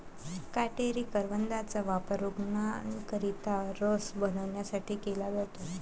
काटेरी करवंदाचा वापर रूग्णांकरिता रस बनवण्यासाठी केला जातो